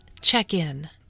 Check-In